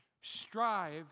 Strive